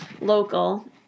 local